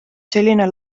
selline